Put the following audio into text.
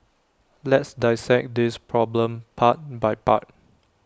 let's dissect this problem part by part